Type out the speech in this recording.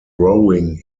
rowing